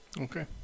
Okay